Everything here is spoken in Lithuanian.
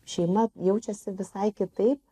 šeima jaučiasi visai kitaip